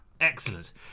Excellent